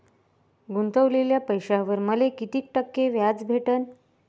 गुतवलेल्या पैशावर मले कितीक टक्के व्याज भेटन?